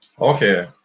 Okay